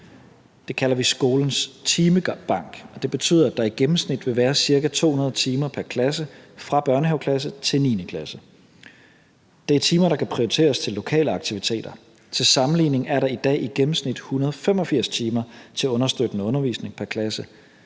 Det kalder vi skolens timebank, og det betyder, at der i gennemsnit vil være ca. 200 timer pr. klasse fra børnehaveklassen til 9. klasse. Det er timer, der kan prioriteres til lokale aktiviteter. Til sammenligning er der i dag i gennemsnit 185 timer til understøttende undervisning pr. klasse.